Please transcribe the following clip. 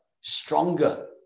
stronger